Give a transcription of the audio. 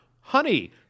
honey